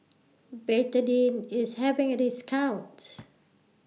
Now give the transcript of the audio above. Betadine IS having A discount